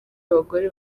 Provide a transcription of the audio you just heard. abagore